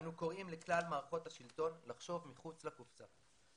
אנו קוראים לכלל מערכות השלטון לחשוב מחוץ לקופסה,